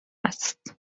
است